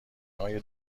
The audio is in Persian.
های